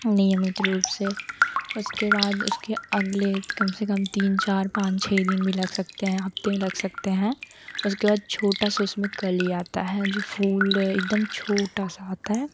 नियमित रूप से उसके बाद उसके अगले हित कम से कम तीन चार पाँच छ दिन भी लग सकते हैं हफ़्ते भी लग सकते हैं उसके बाद छोटा सा उसमे कलि आता है जो फूल एकदम छोटा सा आता है